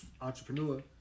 entrepreneur